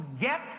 get